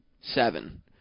seven